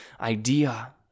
idea